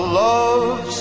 love